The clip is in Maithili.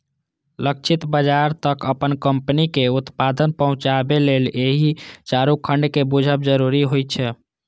लक्षित बाजार तक अपन कंपनीक उत्पाद पहुंचाबे लेल एहि चारू खंड कें बूझब जरूरी होइ छै